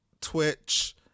twitch